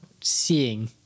seeing